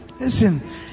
Listen